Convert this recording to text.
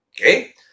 okay